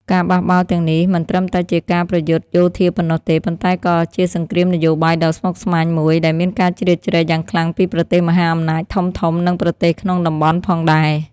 ការបះបោរទាំងនេះមិនត្រឹមតែជាការប្រយុទ្ធយោធាប៉ុណ្ណោះទេ ប៉ុន្តែក៏ជាសង្គ្រាមនយោបាយដ៏ស្មុគស្មាញមួយ ដែលមានការជ្រៀតជ្រែកយ៉ាងខ្លាំងពីប្រទេសមហាអំណាចធំៗ និងប្រទេសក្នុងតំបន់ផងដែរ។